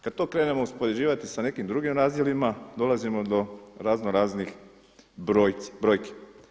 Kad to krenemo uspoređivati sa nekim drugim razdjelima dolazimo do razno raznih brojki.